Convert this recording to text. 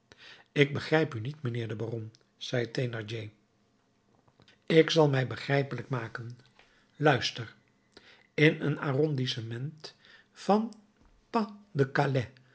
ik begrijp u niet mijnheer de baron zei thénardier ik zal mij begrijpelijk maken luister in een arrondissement van pas de calais